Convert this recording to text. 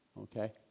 Okay